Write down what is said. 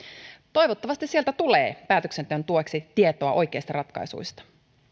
toivottavasti sieltä tulee päätöksenteon tueksi tietoa oikeista ratkaistuista